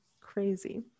crazy